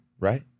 right